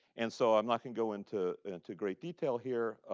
and so i'm not going go into into great detail here.